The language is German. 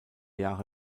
jahre